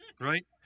right